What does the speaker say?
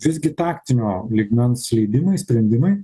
visgi taktinio lygmens leidimai sprendimai